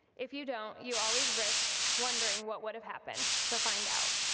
if you don't, you always risk wondering what would have happened, so find out!